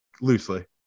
Loosely